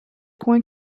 coin